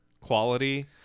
quality